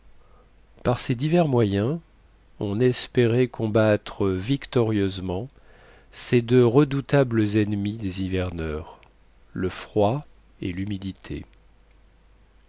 par ces divers moyens on espérait combattre victorieusement ces deux redoutables ennemis des hiverneurs le froid et l'humidité